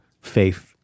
faith